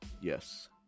Yes